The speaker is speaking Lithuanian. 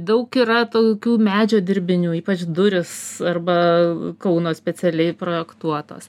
daug yra toukių medžio dirbinių ypač durys arba kauno specialiai projektuotos